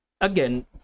Again